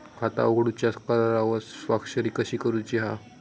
खाता उघडूच्या करारावर स्वाक्षरी कशी करूची हा?